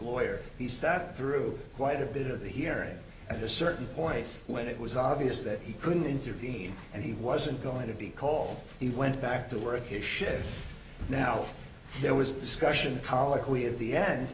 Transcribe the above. lawyer he sat through quite a bit of the hearing at a certain point when it was obvious that he couldn't intervene and he wasn't going to be call he went back to work a shift now there was discussion colloquy at the end